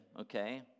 okay